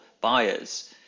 buyers